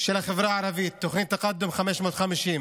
של החברה הערבית, תוכנית תקאדום 550,